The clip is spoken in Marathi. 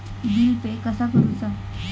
बिल पे कसा करुचा?